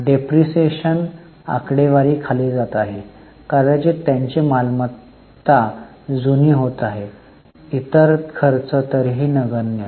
depreciation आकडेवारी खाली जात आहे कदाचित त्यांची मालमत्ता जुनी होत आहे इतर खर्च तरीही नगण्य